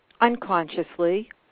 unconsciously